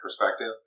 perspective